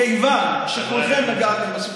כיוון שכולכם, חברת הכנסת.